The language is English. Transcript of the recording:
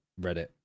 Reddit